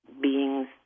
beings